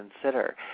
consider